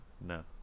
No